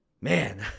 Man